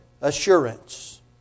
assurance